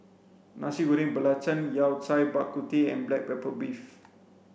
nasi goreng belacan yao cai bak kut teh and black pepper beef